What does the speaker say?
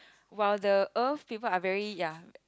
while the earth people are very ya